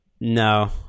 No